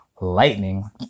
lightning